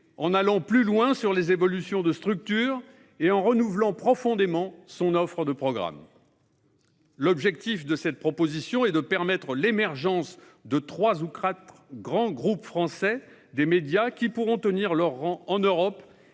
en allant plus loin sur les évolutions de structures et en renouvelant profondément son offre de programmes. L'objectif de cette proposition de loi est de permettre l'émergence de trois ou quatre grands groupes français des médias, qui pourront tenir leur rang en Europe.